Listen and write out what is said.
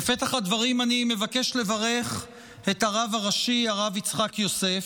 בפתח הדברים אני מבקש לברך את הרב הראשי הרב יצחק יוסף.